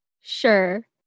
Sure